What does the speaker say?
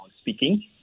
speaking